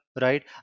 Right